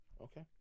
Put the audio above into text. Okay